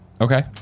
Okay